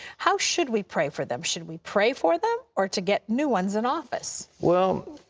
how should we pray for them? should we pray for them, or to get new ones in office? well.